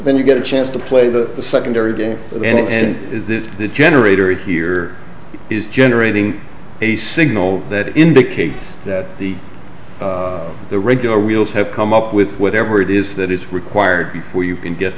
then you get a chance to play the secondary game and the generator here is generating a signal that indicates that the the regular wheels have come up with whatever it is that is required before you can get